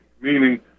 meaning